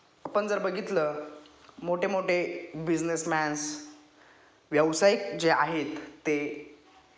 आपण जर बघितलं मोठे मोठे बिझनेसमॅन्स व्यावसायिक जे आहेत ते